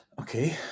Okay